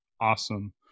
awesome